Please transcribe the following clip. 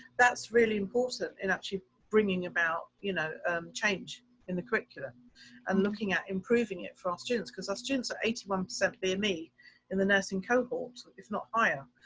that's really important in actually bringing about you know change in the curriculum and looking at improving it for our students. cause our students at eighty one percent near me in the nursing cohort, if not higher.